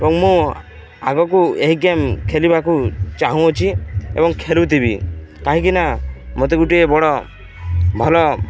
ଏବଂ ମୁଁ ଆଗକୁ ଏହି ଗେମ୍ ଖେଳିବାକୁ ଚାହୁଁଅଛି ଏବଂ ଖେଳୁଥିବି କାହିଁକିନା ମୋତେ ଗୋଟିଏ ବଡ଼ ଭଲ